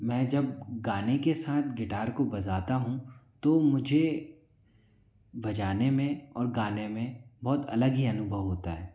मैं जब गाने के सांथ गिटार को बजाता हूँ तो मुझे बजाने में और गाने में बहुत अलग ही अनुभव होता है